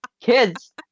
Kids